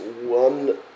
one